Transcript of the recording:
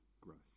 growth